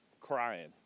crying